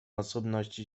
osobności